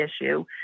issue